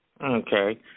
Okay